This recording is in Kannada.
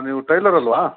ನೀವು ಟೈಲರ್ ಅಲ್ವಾ